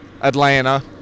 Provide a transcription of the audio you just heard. Atlanta